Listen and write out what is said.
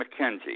McKenzie